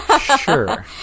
Sure